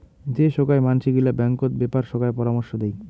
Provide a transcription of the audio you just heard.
যে সোগায় মানসি গিলা ব্যাঙ্কত বেপার সোগায় পরামর্শ দেই